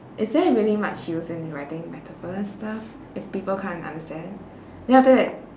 is there really much use in writing metaphor stuff if people can't understand then after that